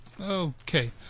Okay